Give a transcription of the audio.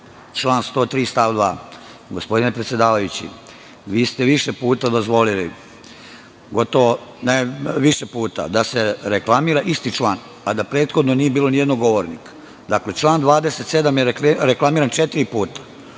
Član 103. stav 2.Gospodine predsedavajući, vi ste više puta dozvolili da se reklamira isti član, a da prethodno nije bilo ni jednog govornika. Dakle, član 27. je reklamiran četiri puta,